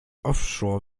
offshore